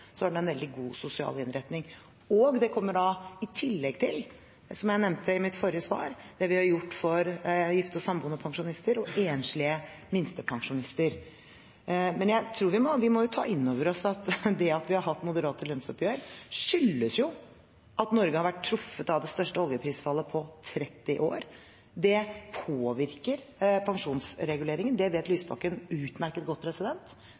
har den en veldig god sosial innretning. Det kommer da i tillegg til – som jeg nevnte i mitt forrige svar – det vi har gjort for gifte og samboende pensjonister og enslige minstepensjonister. Men vi må ta inn over oss at det at vi har hatt moderate lønnsoppgjør, skyldes at Norge har vært truffet av det største oljeprisfallet på 30 år. Det påvirker pensjonsreguleringen. Det vet Lysbakken utmerket godt,